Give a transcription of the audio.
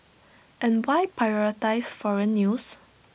and why prioritise foreign news